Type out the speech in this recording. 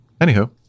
anywho